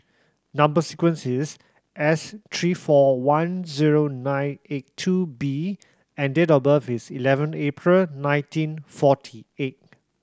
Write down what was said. number sequence is S three four one zero nine eight two B and date of birth is eleven April nineteen forty eight